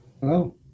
Hello